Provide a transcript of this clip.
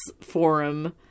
forum